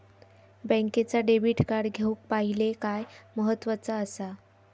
बँकेचा debit card घेउक पाहिले काय महत्वाचा असा?